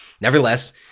nevertheless